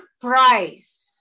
price